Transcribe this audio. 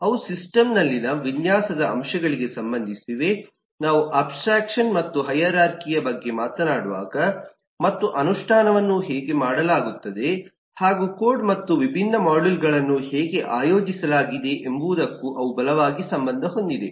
ಅವು ಸಿಸ್ಟಮ್ನಲ್ಲಿನ ವಿನ್ಯಾಸದ ಅಂಶಗಳಿಗೆ ಸಂಬಂಧಿಸಿವೆ ನಾವು ಅಬ್ಸ್ಟ್ರಾಕ್ಷನ್ ಮತ್ತು ಹೈರಾರ್ಖಿ ಯ ಬಗ್ಗೆ ಮಾತನಾಡುವಾಗ ಮತ್ತು ಅನುಷ್ಠಾನವನ್ನು ಹೇಗೆ ಮಾಡಲಾಗುತ್ತದೆ ಹಾಗು ಕೋಡ್ ಮತ್ತು ವಿಭಿನ್ನ ಮಾಡ್ಯೂಲ್ಗಳನ್ನು ಹೇಗೆ ಆಯೋಜಿಸಲಾಗಿದೆ ಎಂಬುದಕ್ಕೂ ಅವು ಬಲವಾಗಿ ಸಂಬಂಧ ಹೊಂದಿವೆ